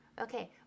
okay